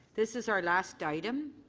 this is our last item.